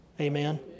Amen